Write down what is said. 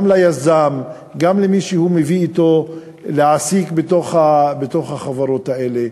וגם ליזם וגם למי שהוא מביא אתו לעבוד בתוך החברות האלה.